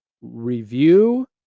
review